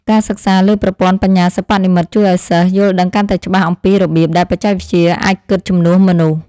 ការសិក្សាលើប្រព័ន្ធបញ្ញាសិប្បនិម្មិតជួយឱ្យនិស្សិតយល់ដឹងកាន់តែច្បាស់អំពីរបៀបដែលបច្ចេកវិទ្យាអាចគិតជំនួសមនុស្ស។